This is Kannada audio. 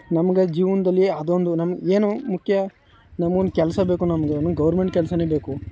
ನಮ್ಗೆ ಜೀವನದಲ್ಲಿ ಅದೊಂದು ನಮ್ಗೆ ಏನು ಮುಖ್ಯ ನಮ್ಗೊಂದು ಕೆಲಸ ಬೇಕು ನಮ್ಗೆ ಏನು ಗೌರ್ಮೆಂಟ್ ಕೆಲಸನೇ ಬೇಕು